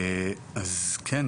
אז כן,